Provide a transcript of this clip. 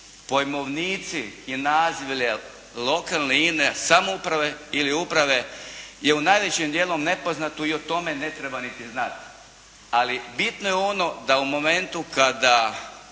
pojmovnici i nazivlje lokalne, ine, samouprave ili uprave je u najvećem dijelu nepoznato i o tome ne treba niti znati. Ali bitno je ono da u momentu kada